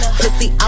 pussy